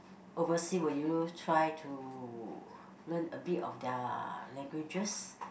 overseas will you try to learn a bit of their languages